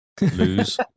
Lose